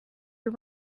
you